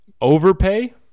Overpay